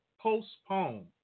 postpone